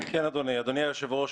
אדוני היושב-ראש,